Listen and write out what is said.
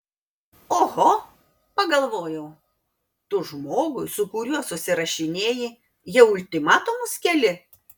oho pagalvojau tu žmogui su kuriuo susirašinėji jau ultimatumus keli